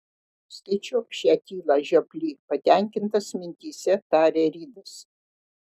skaičiuok šią tylą žioply patenkintas mintyse tarė ridas